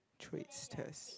tricks test